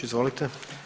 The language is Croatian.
Izvolite.